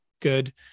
good